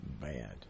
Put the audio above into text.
bad